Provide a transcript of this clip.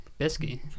Bisky